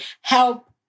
help